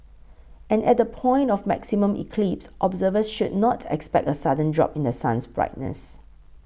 and at the point of maximum eclipse observers should not expect a sudden drop in The Sun's brightness